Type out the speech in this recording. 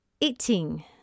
eating